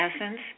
essence